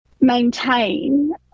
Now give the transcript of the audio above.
maintain